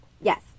Yes